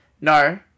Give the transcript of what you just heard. No